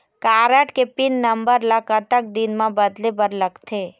Card के pin number ला कतक दिन म बदले बर लगथे?